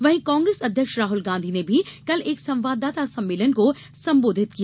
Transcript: वहीं कांग्रेस अध्यक्ष राहुल गांधी ने भी कल एक संवाददाता सम्मेलन को संबोधित किया